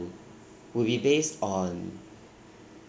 would be based on